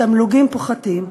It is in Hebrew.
התמלוגים פוחתים.